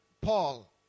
Paul